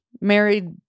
married